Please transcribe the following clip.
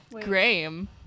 Graham